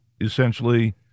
essentially